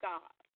God